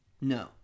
no